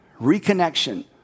reconnection